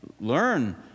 Learn